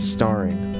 Starring